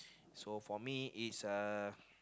so for me is uh